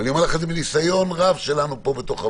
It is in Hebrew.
ואני אומר לך את זה מניסיון רב שלנו פה בתוך הוועדה,